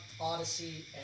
Odyssey